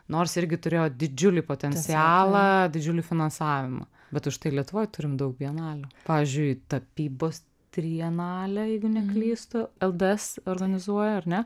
nors irgi turėjo didžiulį potencialą didžiulį finansavimą bet užtai lietuvoj turim daug bienalių pavyzdžiui tapybos trienalę jeigu neklystu lds organizuoja ar ne